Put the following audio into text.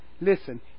Listen